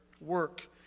work